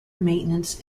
maintenance